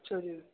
ਅੱਛਾ ਜੀ